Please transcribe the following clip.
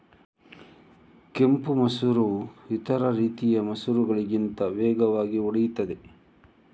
ಕೆಂಪು ಮಸೂರವು ಇತರ ರೀತಿಯ ಮಸೂರಗಳಿಗಿಂತ ವೇಗವಾಗಿ ಒಡೆಯುತ್ತದೆ